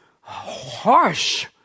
harsh